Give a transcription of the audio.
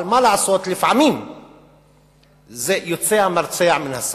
אבל מה לעשות שלפעמים יוצא המרצע מן השק.